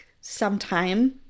sometime